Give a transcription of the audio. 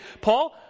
Paul